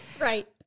right